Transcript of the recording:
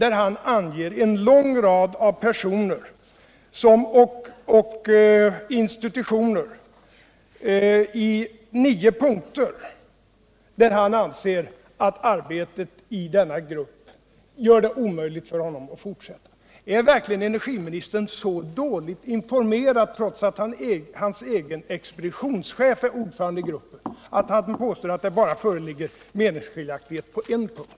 I nio punkter anger han en lång rad personer och institutioner som gör att han anser det omöjligt för honom att fortsätta arbetet i denna grupp. Är verkligen energiministern så dåligt informerad, trots att hans egen expeditionschef är ordförande i gruppen, att han påstår att det bara föreligger meningsskiljaktigheter på en punkt?